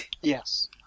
Yes